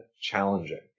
challenging